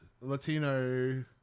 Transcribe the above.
Latino